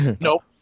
nope